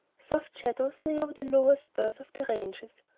soft shadows lay over the lower spurs of the ranges.